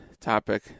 topic